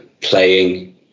playing